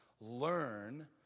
learn